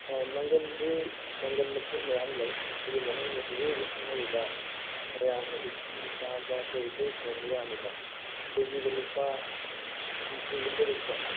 ꯑꯥ ꯃꯪꯒꯜꯁꯤ ꯃꯪꯒꯜ ꯃꯈꯜ ꯃꯌꯥꯝ ꯂꯩ ꯑꯗꯨꯏ ꯃꯅꯨꯡꯗ ꯍꯧꯖꯤꯛ ꯍꯧꯖꯤꯛ ꯆꯠꯅꯔꯤꯕ ꯃꯌꯥꯝꯅ ꯎꯠꯇꯤ ꯆꯥꯕ ꯑꯇꯩ ꯑꯇꯩ ꯊꯣꯡꯕ ꯌꯥꯕꯗ ꯀꯦꯖꯤꯗ ꯂꯨꯄꯥ ꯍꯨꯝꯐꯨꯒꯨꯝꯕ ꯑꯗꯨꯝ ꯆꯠꯂꯤ